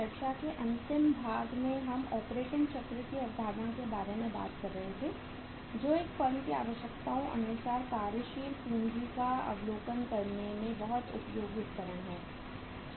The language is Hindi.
चर्चा के अंतिम भाग में हम ऑपरेटिंग चक्र की अवधारणा के बारे में बात कर रहे थे जो एक फर्म की आवश्यकताओं अनुसार कार्यशील पूंजी का आकलन करने में बहुत उपयोगी उपकरण है